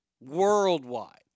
Worldwide